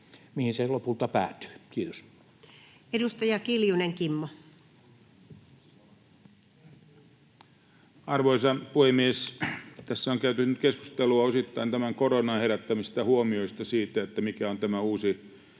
mihin se lopulta päätyy. — Kiitos. Edustaja Kiljunen, Kimmo. Arvoisa puhemies! Tässä on käyty nyt keskustelua osittain tämän koronan herättämistä huomioista siitä, mikä on tämä uusi